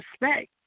respect